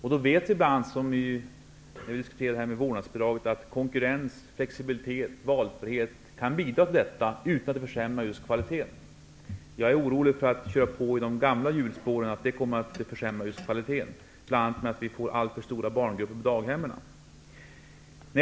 När vi diskuterar vårdnadsbidraget vet vi att konkurrens, flexibilitet och valfrihet kan bidra till detta, utan att kvaliteten försämras. Jag är orolig för att köra på i gamla hjulspår, då det kan försämra just kvaliteten, bl.a. genom att det blir för stora barngrupper på daghemmen.